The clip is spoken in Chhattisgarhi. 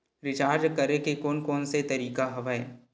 रिचार्ज करे के कोन कोन से तरीका हवय?